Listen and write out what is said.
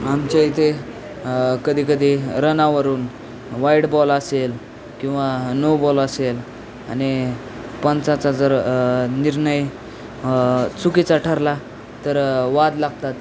आमच्या इथे कधीकधी रनावरून वाईड बॉल असेल किंवा नो बॉल असेल आणि पंचाचा जर निर्णय चुकीचा ठरला तर वाद लागतात